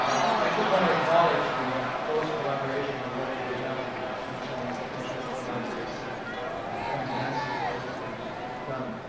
i just want to acknowledge the close collaboration and the work that we have with the smithsonian institution libraries and thank nancy for everything that you've done.